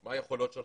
מה היכולות שלך,